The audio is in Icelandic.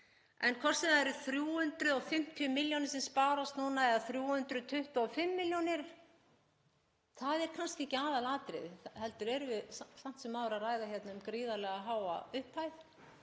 En hvort sem það eru 350 milljónir sem sparast núna eða 325 milljónir; það er kannski ekki aðalatriðið. Við erum samt sem áður að ræða hér um gríðarlega háa upphæð